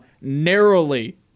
narrowly